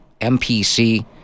MPC